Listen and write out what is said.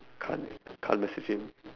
can't can't mess with him